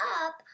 up